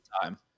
time